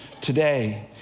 today